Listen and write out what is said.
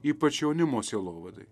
ypač jaunimo sielovadai